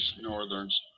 northerns